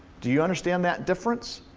do you understand that difference?